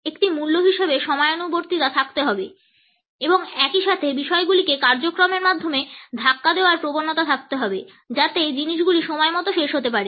একটি মূল্য হিসাবে সময়ানুবর্তিতা থাকতে হবে এবং একই সাথে বিষয়গুলিকে কার্যক্রমের মাধ্যমে ধাক্কা দেওয়ার প্রবণতা থাকতে হবে যাতে জিনিসগুলি সময়মতো শেষ হতে পারে